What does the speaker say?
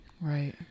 Right